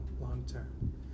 long-term